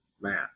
man